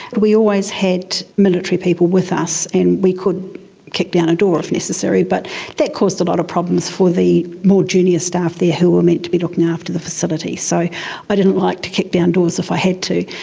we always had military people with us and we could kick down a door if necessary, but that caused a lot of problems for the more junior staff there who were meant to be looking after the facility. so i didn't like to kick down doors if i had to.